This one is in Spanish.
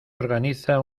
organiza